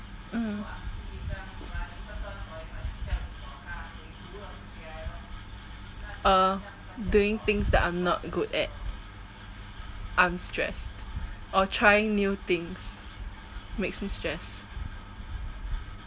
mm uh doing things that I'm not good at I'm stressed or trying new things makes me stressed